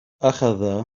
أخذ